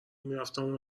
میرفتم